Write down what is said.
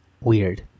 weird